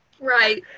Right